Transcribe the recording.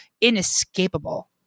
inescapable